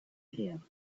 hair